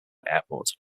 airport